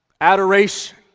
Adoration